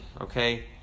okay